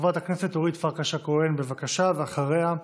חברת הכנסת אורית פרקש הכהן, בבקשה, ואחריה,